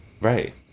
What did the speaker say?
right